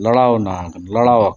ᱞᱟᱲᱟᱣᱱᱟ ᱠᱟᱱᱟ ᱞᱟᱲᱟᱣ ᱟᱠᱟᱱᱟ